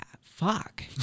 fuck